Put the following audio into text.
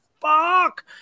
fuck